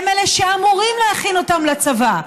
הם שאמורים להכין אותם לצבא.